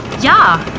Ja